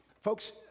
Folks